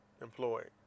employed